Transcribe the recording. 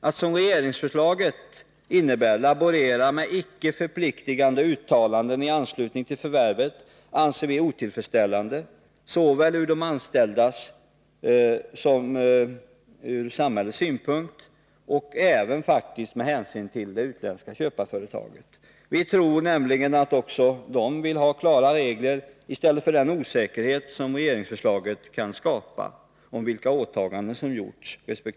Att som i regeringsförslaget laborera med icke förpliktigande uttalanden i anslutning till förvärvet anser vi otillfredsställande såväl från de anställdas som från samhällets synpunkt, men också med hänsyn till det utländska köparföretaget. Vi tror nämligen att också köparföretaget vill ha klara regler i stället för den osäkerhet om vilka åtaganden som gjorts resp. inte gjorts som kan skapas med regeringens förslag.